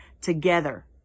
together